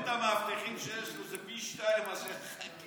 מספר המאבטחים שיש לו זה פי שניים מאשר הח"כים,